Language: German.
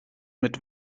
mit